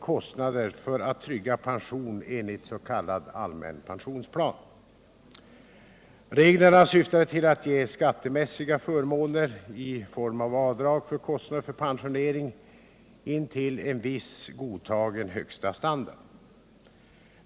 kostnader för att trygga pension enligt s.k. allmän pensionsplan. Reglerna syftade till att ge skattemässiga förmåner i form av avdrag för kostnader för pensionering intill en viss godtagen högsta standard.